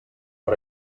per